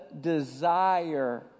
desire